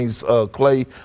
Clay